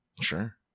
Sure